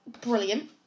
brilliant